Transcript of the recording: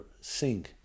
sing